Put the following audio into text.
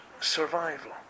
survival